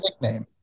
nickname